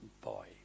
boy